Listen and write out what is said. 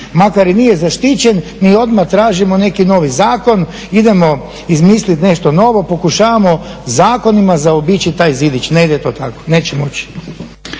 makar i nije zaštićen mi odmah tražimo neki novi zakon, idemo izmislit nešto novo, pokušavamo zakonima zaobići taj zidić. Ne ide to tako, neće moći.